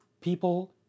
people